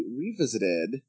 revisited